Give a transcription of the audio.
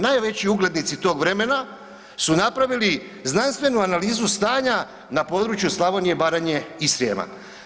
Najveći uglednici tog vremena su napravili znanstvenu analizu stanja na području Slavonije, Baranje i Srijema.